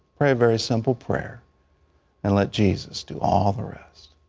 pray a very simple prayer and let jesus do all the rest.